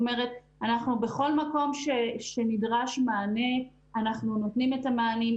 בכל מקום שנדרש מענה אנחנו נותנים את המענים,